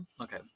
Okay